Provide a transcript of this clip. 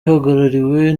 ihagarariwe